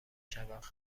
شود